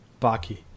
Baki